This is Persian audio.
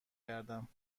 کردم